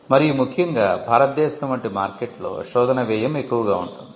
మరియు ముఖ్యంగా భారతదేశం వంటి మార్కెట్లో శోధన వ్యయం ఎక్కువగా ఉంటుంది